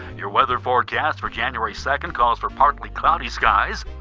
your weather forecast for january second calls for partly cloudy skies,